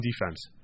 defense